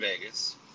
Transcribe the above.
Vegas